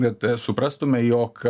kad suprastume jog